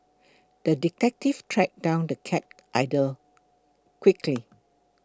the detective tracked down the cat quickly